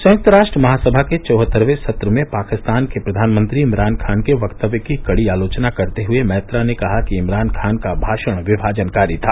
संयुक्त राष्ट्र महासभा के चौहत्तरवें सत्र में पाकिस्तान के प्रधानमंत्री इमरान खान के वक्तव्य की कड़ी आलोचना करते हुए मैत्रा ने कहा कि इमरान खान का भाषण विभाजनकारी था